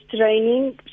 training